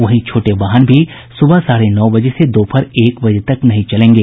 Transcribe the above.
वहीं छोटे वाहन भी सुबह साढ़े नौ से दोपहर एक बजे तक नहीं चलेंगे